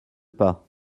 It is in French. pas